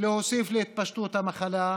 להוסיף להתפשטות המחלה,